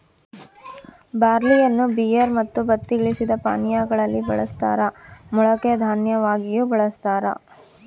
ಬಾರ್ಲಿಯನ್ನು ಬಿಯರ್ ಮತ್ತು ಬತ್ತಿ ಇಳಿಸಿದ ಪಾನೀಯಾ ಗಳಲ್ಲಿ ಬಳಸ್ತಾರ ಮೊಳಕೆ ದನ್ಯವಾಗಿಯೂ ಬಳಸ್ತಾರ